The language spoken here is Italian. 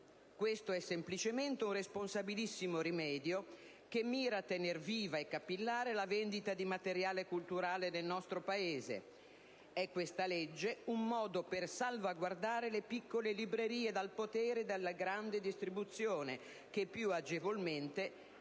Questo è semplicemente un responsabilissimo rimedio che mira a tenere viva e capillare la vendita di materiale culturale nel nostro Paese. È questa legge un modo per salvaguardare le piccole librerie dal potere della grande distribuzione, che più agevolmente